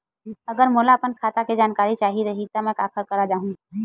अगर मोला अपन खाता के जानकारी चाही रहि त मैं काखर करा जाहु?